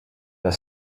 were